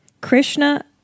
Krishna